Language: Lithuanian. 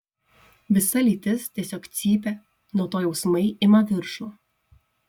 visa lytis tiesiog cypia nuo to jausmai ima viršų